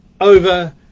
over